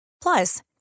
Plus